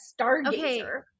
Stargazer